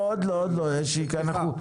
עוד לא עשיתי סיכום.